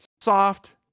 soft